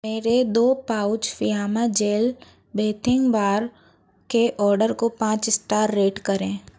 मेरे दो pouch Fiama gel bathing bar के ऑर्डर को पाँच स्टार रेट करें